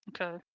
Okay